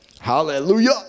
Hallelujah